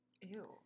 Ew